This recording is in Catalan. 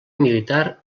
militar